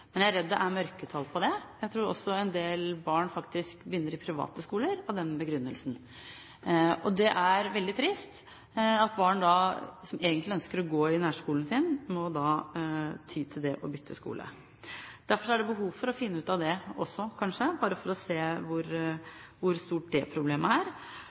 men jeg er redd det er mørketall på det. Jeg tror også en del barn faktisk begynner i private skoler ut fra den begrunnelse. Det er veldig trist at barn som egentlig ønsker å gå i nærskolen, må ty til det å bytte skole. Derfor er det behov for å finne ut av dette for å se hvor stort problemet er,